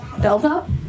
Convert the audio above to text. Delta